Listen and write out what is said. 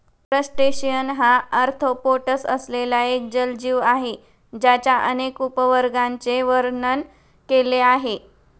crustacean हा arthropods असलेला एक जलजीव आहे ज्याच्या अनेक उपवर्गांचे वर्णन केले आहे